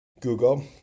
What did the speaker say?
Google